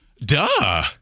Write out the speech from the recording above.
duh